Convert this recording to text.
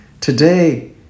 Today